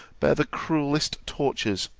bear the cruelest tortures,